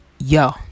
yo